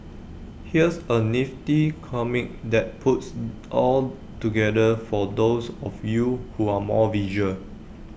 here's A nifty comic that puts all together for those of you who are more visual